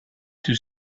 too